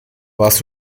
warst